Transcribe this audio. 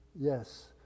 Yes